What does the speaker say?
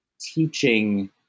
teaching